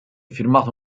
firmato